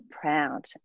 proud